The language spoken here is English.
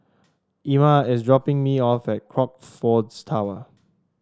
Ima is dropping me off at Crockfords Tower